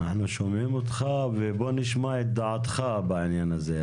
אנחנו שומעים אותך ובוא נשמע את דעתך בעניין הזה,